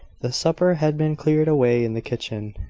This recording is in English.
the supper had been cleared away in the kitchen,